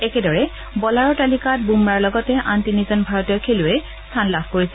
একেদৰে বলাৰৰ তালিকাত বুমৰাৰ লগতে আন তিনিজন ভাৰতীয় খেলুৱৈয়ে স্থান লাভ কৰিছে